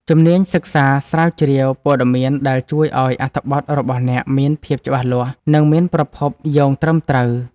ជំនាញសិក្សាស្រាវជ្រាវព័ត៌មានដែលជួយឱ្យអត្ថបទរបស់អ្នកមានភាពច្បាស់លាស់ និងមានប្រភពយោងត្រឹមត្រូវ។